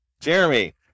Jeremy